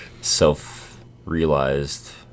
self-realized